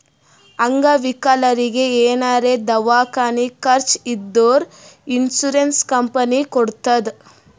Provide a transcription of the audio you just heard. ಅಂಗವಿಕಲರಿಗಿ ಏನಾರೇ ದವ್ಕಾನಿ ಖರ್ಚ್ ಇದ್ದೂರ್ ಇನ್ಸೂರೆನ್ಸ್ ಕಂಪನಿ ಕೊಡ್ತುದ್